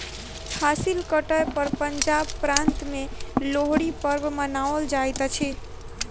फसिल कटै पर पंजाब प्रान्त में लोहड़ी पर्व मनाओल जाइत अछि